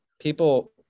people